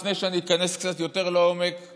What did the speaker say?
לפני שאני איכנס קצת יותר לעומק,